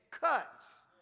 cuts